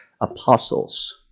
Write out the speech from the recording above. apostles